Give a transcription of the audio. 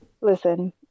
Listen